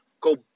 go